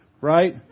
right